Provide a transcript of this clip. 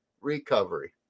recovery